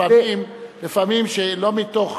לפעמים, שלא מתוך